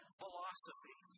philosophy